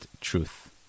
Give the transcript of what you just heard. truth